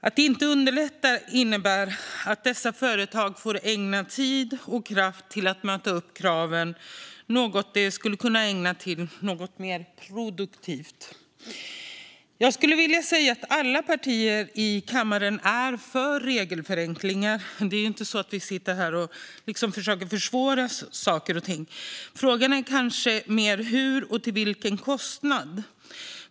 Att inte underlätta innebär att dessa företag får ägna tid och kraft åt att möta kraven, något de skulle kunna ägna åt något mer produktivt. Jag skulle vilja säga att alla partier i kammaren är för regelförenklingar. Det är inte så att vi sitter här och försöker att försvåra saker och ting. Frågan är kanske mer hur och till vilken kostnad.